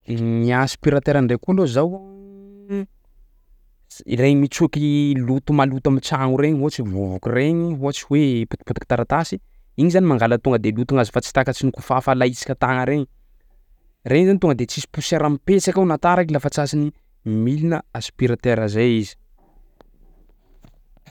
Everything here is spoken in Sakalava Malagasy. Ny aspiratera ndray koa aloha zao ann, s- regny mitsoky loto maloto am'tsagno regny ohatsy vovoky regny ohatsy hoe potipotiky taratasy. Igny zany mangala tonga de lotognazy fa tsy takatsy ny kofafa alaintsika tagna regny, regny zany tonga de tsisy posiera mipetsaka ao na taraiky lafa tsatsy ny milina aspiratera zay izy.